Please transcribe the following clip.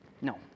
No